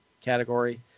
category